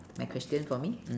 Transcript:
my question for me mm